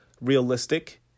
Realistic